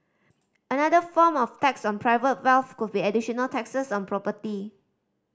another form of tax on private wealth could be additional taxes on property